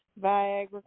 Viagra